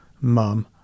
mum